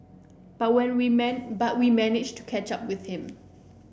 but we remind but we managed to catch up with him